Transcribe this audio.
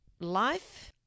life